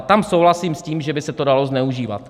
Tam souhlasím s tím, že by se to dalo zneužívat.